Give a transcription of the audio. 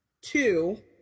Two